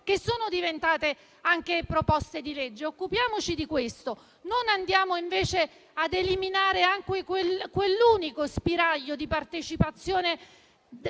che sono diventate anche disegni di legge. Occupiamoci di questo e non andiamo invece a eliminare anche quell'unico spiraglio di partecipazione